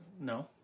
No